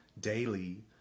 daily